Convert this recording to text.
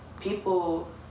people